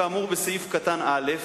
כאמור בסעיף קטן (א),